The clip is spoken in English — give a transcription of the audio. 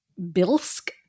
Bilsk